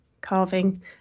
carving